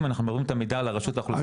אנחנו מעבירים את המידע לרשות האוכלוסין,